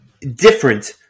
different